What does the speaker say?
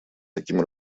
таким